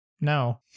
No